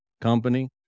company